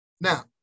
Now